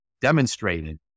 demonstrated